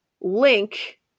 link